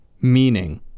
meaning